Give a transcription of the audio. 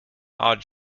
odd